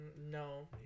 No